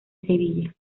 sevilla